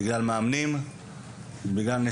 בגלל מאמנים,